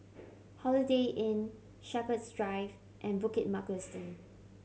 Holiday Inn Shepherds Drive and Bukit Mugliston